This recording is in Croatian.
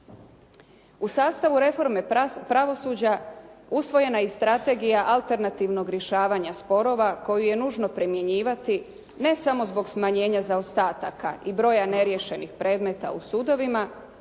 U sastavu reforme pravosuđa, usvojena je i strategija alternativnog rješavanja sporova koju je nužno primjenjivati ne samo zbog smanjenja zaostataka i broja neriješenih predmeta u sudovima